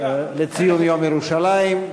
לציון יום ירושלים.